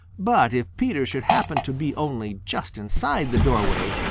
but if peter should happen to be only just inside the doorway,